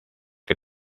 que